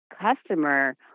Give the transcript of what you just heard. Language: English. customer